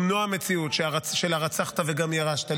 למנוע מציאות של הרצחת וגם ירשת,